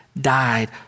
died